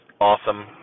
awesome